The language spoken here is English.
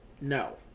no